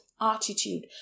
attitude